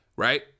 Right